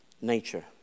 nature